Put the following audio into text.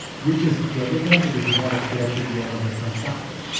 you just deal with them because you want to get to the end of the transaction.